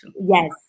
Yes